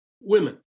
women